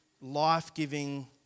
life-giving